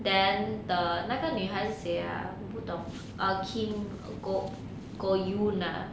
then the 那个女孩是谁 ah 我不懂 err kim go~ go eun !huh!